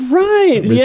right